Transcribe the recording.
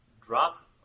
drop